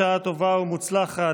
בשעה טובה ומוצלחת.